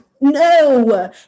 No